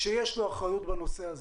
כשיש לו אחריות בנושא הזה.